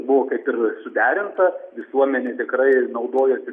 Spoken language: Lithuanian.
buvo kaip ir suderinta visuomenė tikrai naudojosi